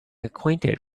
acquainted